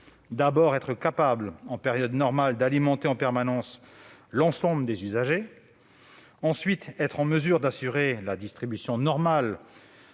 d'abord, être capable, en période normale, d'alimenter en permanence l'ensemble des usagers ; ensuite, être en mesure d'assurer la distribution normale